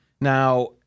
Now